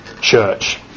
church